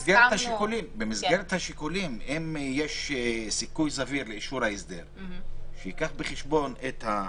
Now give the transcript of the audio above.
במסגרת השיקולים אם יש סיכוי סביר לאישור ההסדר שייקח את זה בחשבון,